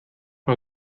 mal